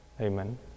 Amen